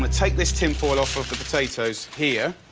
ah take this tin foil off of the potatoes here.